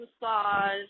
massage